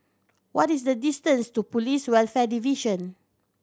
what is the distance to Police Welfare Division